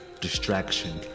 distraction